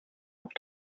noch